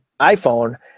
iPhone